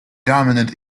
dominant